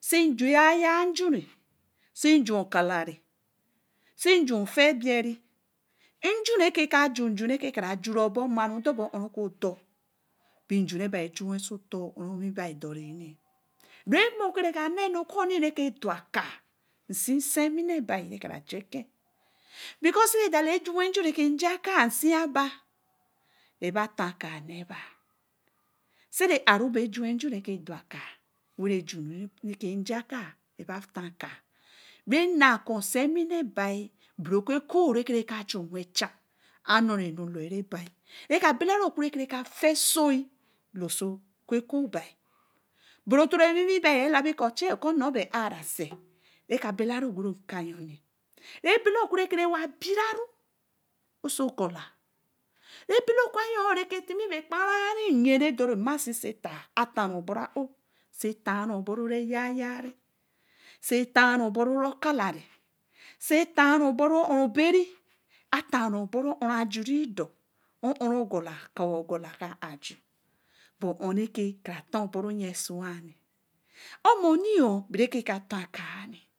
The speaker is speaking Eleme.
se ga-ya-re. se jun okadar. se juh ofibeī re ke kaî a jun juno re ka jure obōō nero kara sa ōn re kō dōr ben jun re chu sur ōn̄ owīī dor īnī re mor kōō re kāā na nu kōō re ka daka si sewine bā because se dola ā junwen jun si ya ba reka jaka se ā ro ba jun reke daka re ki jaka re ba ton kāā bae nakoo senwine bai sara okokoo re ke kara juwen chan arīorine lō ka ba re bala ri oku re kara fāō soi loso kōō sai. bara toro wiwīī baī kor nor bai toro ā rāā sē. reka bela ri ogoro uka yon. re bela oka re ke re wai bīra ru. oso gola rebela ko yon re kā tima bai kperan-ri yen osa taī. atan ru bōo ra ō sīe tan obōō re yāāyāāi. se tan ra obōō ru kala re. seī tan obōō ō ōn obe-rí. atan ru obōō ru ō re ajurī jōr ō ōn aka ogola ka ā ju bai ōn̄ re kara tan bōō ru seun yon omonī bere ke ka ton kāā yonī